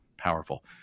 powerful